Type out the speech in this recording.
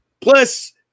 plus